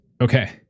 Okay